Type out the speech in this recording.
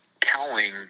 telling